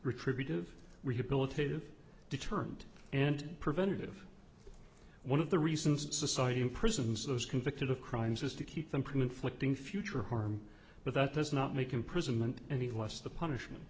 retributive rehabilitative determined and preventative one of the reasons society imprisons those convicted of crimes is to keep them from inflicting future harm but that does not make imprisonment any less the punishment